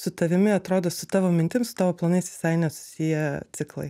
su tavimi atrodo su tavo mintim su tavo planais visai nesusiję ciklai